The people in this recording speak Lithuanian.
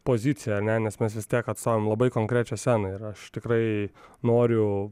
pozicija ar ne nes mes vis tiek atstovaujam labai konkrečią sceną ir aš tikrai noriu